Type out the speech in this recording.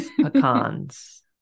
pecans